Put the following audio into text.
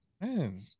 man